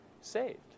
saved